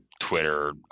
twitter